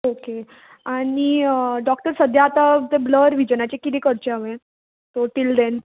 okay आनी doctor सद्द्या आतां तें ब्लर विजनाचें कितें करचें हांवें सो टील दॅन